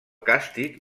càstig